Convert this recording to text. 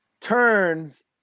turns